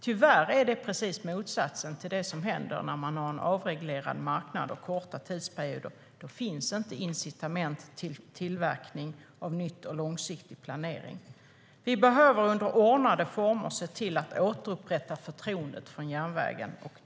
Tyvärr är det precis motsatsen till det som händer när man har en avreglerad marknad och korta tidsperioder. Då finns inte incitament till nytillverkning och långsiktig planering. Vi behöver under ordnade former se till att återupprätta förtroendet för järnvägen.